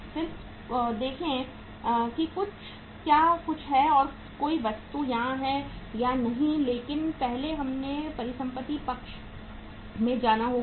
फिर देखें कि क्या कुछ है और कोई वस्तु वहां है या नहीं लेकिन पहले हमें परिसंपत्ति पक्ष में जाना होगा